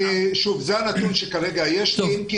שוב, זה הנתון שכרגע יש לי.